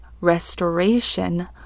restoration